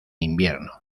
invierno